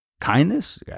Kindness